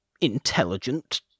intelligent